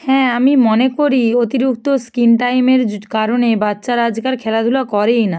হ্যাঁ আমি মনে করি অতিরিক্ত স্ক্রিন টাইমের কারণে বাচ্চারা আজকাল খেলাধুলা করেই না